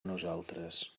nosaltres